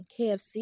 KFC